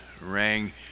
rang